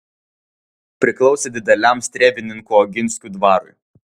priklausė dideliam strėvininkų oginskių dvarui